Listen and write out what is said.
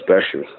special